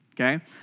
okay